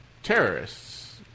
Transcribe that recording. terrorists